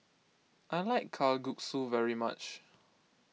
I like Kalguksu very much